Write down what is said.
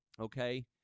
okay